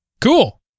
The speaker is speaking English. Cool